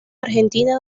argentina